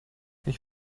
ich